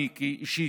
אני אישית,